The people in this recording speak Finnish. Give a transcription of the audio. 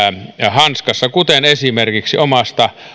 hanskassa kuten esimerkiksi omasta